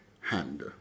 hand